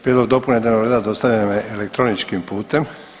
Prijedlog dopune dnevnog reda dostavljen vam je elektroničkim putem.